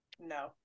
No